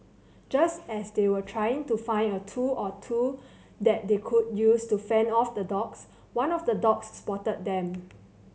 just as they were trying to find a tool or two that they could use to fend off the dogs one of the dogs spotted them